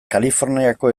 kaliforniako